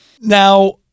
Now